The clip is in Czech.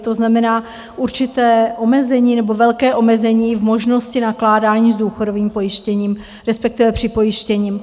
To znamená, určité omezení, nebo velké omezení v možnosti nakládání s důchodovým pojištěním, respektive připojištěním.